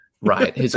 Right